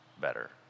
better